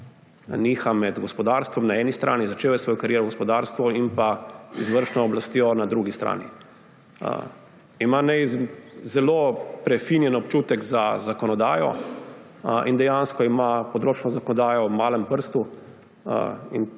niha med gospodarstvom na eni strani, začel je svojo kariero v gospodarstvu, in izvršno oblastjo na drugi strani. Ima zelo prefinjen občutek za zakonodajo in dejansko ima področno zakonodajo v malem prstu in